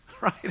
right